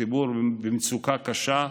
הציבור במצוקה קשה.